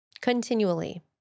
Continually